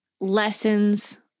lessons